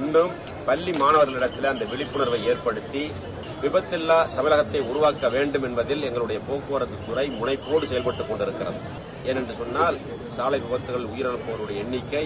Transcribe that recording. இன்னும் பள்ளி மாணவர்களிடையே விழிப்புணர்வை ஏற்படுத்தி விபத்தில்லா தமிழகத்தை உருவாக்க வேண்டும் என்பதில் எங்குளடைய போக்கவரக்துத்துறை முனைப்போடு செயல்பட்டுக் கொண்டருக்கிறது எனென்று கொன்னால் சாலை விபத்துகளில் உயிரிழந்தோர் எண்ணிக்கை